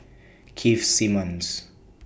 Keith Simmons